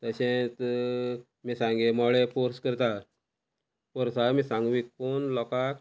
तशेंत मिरसांगे मोळे पोर्स करता पोर्सा मिरसांग विकून लोकांक